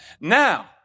Now